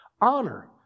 honor